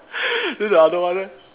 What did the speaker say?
then the other one leh